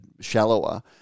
shallower